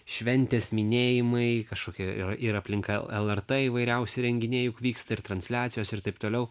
šventės minėjimai kažkokia ir aplinka lrt įvairiausi renginiai juk vyksta ir transliacijos ir taip toliau